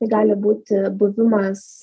tai gali būti buvimas